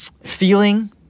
Feeling